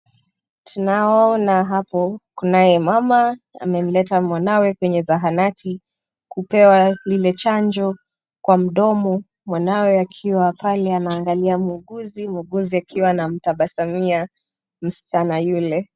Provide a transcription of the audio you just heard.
Tunaona hapo kunaye mama amemleta mwanawe kwenye zahanati kupewa lile chanjo kwa mdomo, mwanawe akiwa pale anamwangalia muuguzi, muuguzi akiwa anamtabasamia msichana yule.